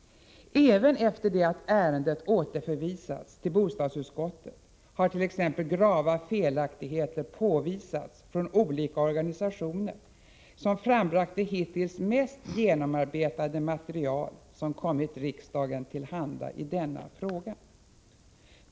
Även efter det att ärendet återförvisats till bostadsutskottet har grava felaktigheter påvisats från olika organisationer, som förebragt det hittills mest genomarbetade material som kommit riksdagen till handa i denna fråga.